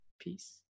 peace